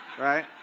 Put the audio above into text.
right